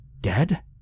dead